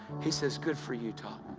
he said, good for you, todd.